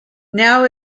now